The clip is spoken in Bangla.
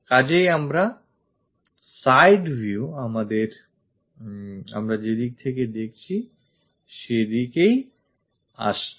কাজেই আমাদের side view আমরা যেদিক থেকে দেখছি সেদিকেই আসছে